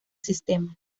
sistema